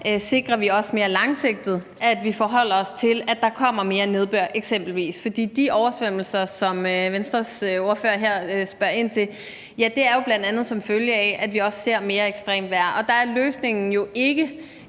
hvordan vi også mere langsigtet sikrer, at vi forholder os til, at der eksempelvis kommer mere nedbør, fordi de oversvømmelser, som Venstres ordfører her spørger ind til, jo bl.a. er som følge af, at vi også ser mere ekstremt vejr. Der er løsningen jo ikke,